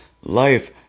life